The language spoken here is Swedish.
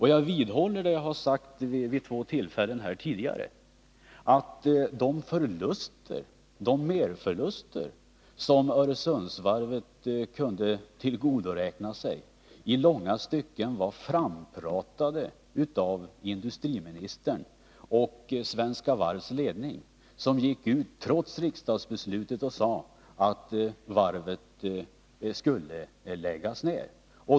Jag vidhåller vad jag har sagt vid två tillfällen tidigare, att de förluster som Öresundsvarvet drabbades av i långa stycken var frampratade av industriministern och Svenska Varvs ledning, som trots riksdagsbeslutet gick ut och sade att varvet skulle läggas ner.